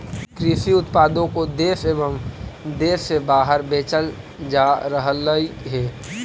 कृषि उत्पादों को देश एवं देश से बाहर बेचल जा रहलइ हे